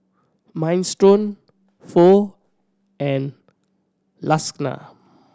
Minestrone Pho and Lasagna